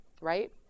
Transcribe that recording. right